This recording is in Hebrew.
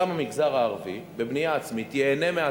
גם המגזר הערבי ייהנה בבנייה עצמית מההטבה